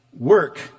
work